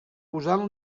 posant